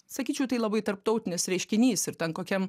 sakyčiau tai labai tarptautinis reiškinys ir ten kokiam